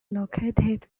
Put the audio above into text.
located